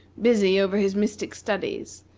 busy over his mystic studies,